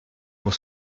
pour